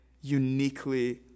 uniquely